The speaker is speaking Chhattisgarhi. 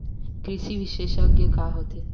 कृषि विशेषज्ञ का होथे?